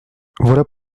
voilà